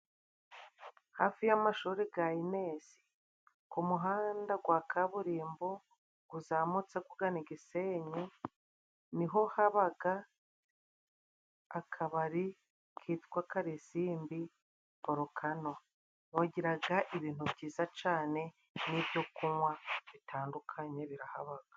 Hafi y'amashuli ya Inesi ku muhanda wa kaburimbo, uzamutse ugana i Gisenyi niho haba akabari kitwa Kasimbi Volukano. Bagira ibintu byiza cyane, n'ibyo kunywa bitandukanye birahaba.